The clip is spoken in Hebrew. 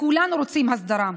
כולנו רוצים הסדרה.